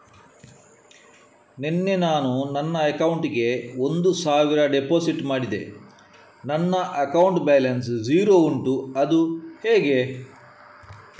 ನಿನ್ನೆ ನಾನು ನನ್ನ ಅಕೌಂಟಿಗೆ ಒಂದು ಸಾವಿರ ಡೆಪೋಸಿಟ್ ಮಾಡಿದೆ ನನ್ನ ಅಕೌಂಟ್ ಬ್ಯಾಲೆನ್ಸ್ ಝೀರೋ ಉಂಟು ಅದು ಹೇಗೆ?